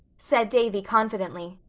said davy confidently,